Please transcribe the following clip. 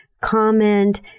comment